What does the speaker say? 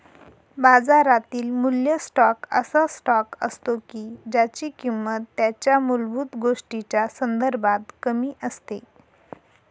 बाजारातील मूल्य स्टॉक असा स्टॉक असतो की ज्यांची किंमत त्यांच्या मूलभूत गोष्टींच्या संदर्भात कमी असते